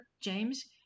James